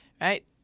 right